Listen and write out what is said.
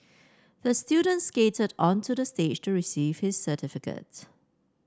the student skated onto the stage to receive his certificate